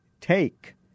take